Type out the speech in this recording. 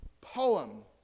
poem